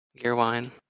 Gearwine